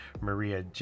Maria